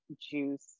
juice